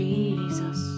Jesus